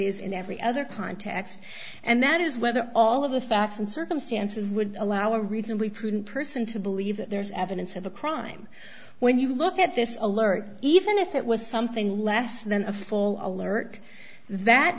is in every other context and that is whether all of the facts and circumstances would allow a reasonably prudent person to believe that there's evidence of a crime when you look at this alert even if it was something less than a full alert that